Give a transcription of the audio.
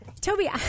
Toby